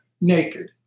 naked